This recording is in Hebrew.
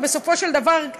ובסופו של דבר,